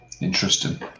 Interesting